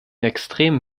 extremen